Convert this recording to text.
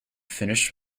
finished